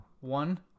One